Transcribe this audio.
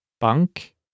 bank